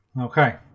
Okay